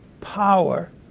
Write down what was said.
power